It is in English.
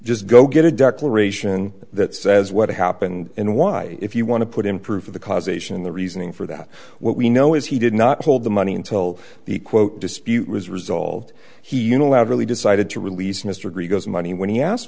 just go get a declaration that says what happened and why if you want to put in proof of the causation the reasoning for that what we know is he did not hold the money until the quote dispute was resolved he unilaterally decided to release mr greig owes money when he asked